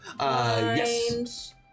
Yes